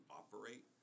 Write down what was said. operate